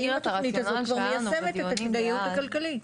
האם התוכנית הזאת כבר מיישמת את הכדאיות הכלכלית.